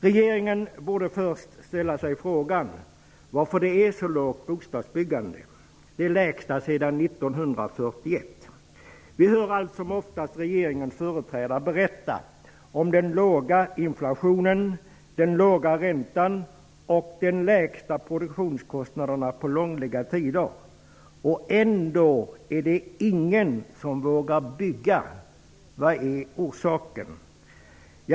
Regeringen borde först ställa sig frågan varför bostadsbyggandet är så lågt, det lägsta sedan 1941. Vi hör allt som oftast regeringens företrädare berätta om den låga inflationen, den låga räntan och de lägsta produktionskostnaderna på långliga tider. Ändå är det ingen som vågar bygga. Vad är orsaken?